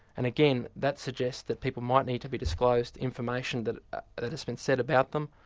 and again, that suggests that people might need to be disclosed information that that has been said about them,